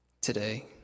today